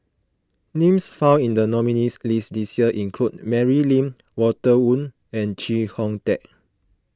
names found in the nominees' list this year include Mary Lim Walter Woon and Chee Hong Tat